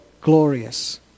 glorious